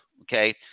Okay